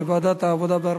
לדיון מוקדם בוועדת העבודה,